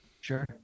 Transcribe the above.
Sure